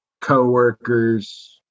coworkers